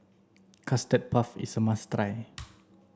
custard puff is a must